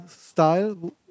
style